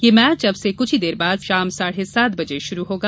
यह मैच अब से कुछ देर बाद शाम साढ़े सात बजे शुरू होगा